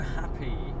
happy